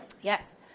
Yes